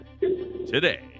today